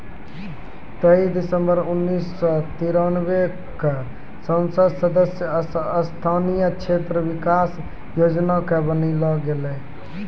तेइस दिसम्बर उन्नीस सौ तिरानवे क संसद सदस्य स्थानीय क्षेत्र विकास योजना कअ बनैलो गेलैय